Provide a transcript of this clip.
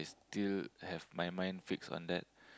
still have my mind fixed on that